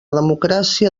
democràcia